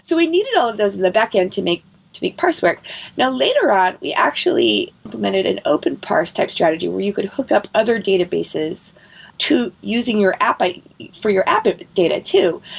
so we needed all of those in the back end to make to parse work now later on, we actually implemented an open parse type strategy, where you could hook up other databases to using your for your appa data too.